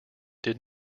did